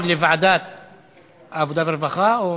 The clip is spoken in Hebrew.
(חישוב דמי לידה של עובדת עצמאית), התשע"ו 2016,